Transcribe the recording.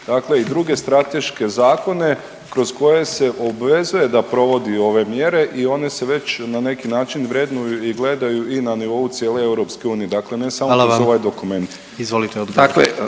dakle i druge strateške zakone kroz koje se obvezuje da provodi ove mjere i one se već na neki način vrednuju i gledaju i na nivou cijele EU, dakle ne samo …/Upadica: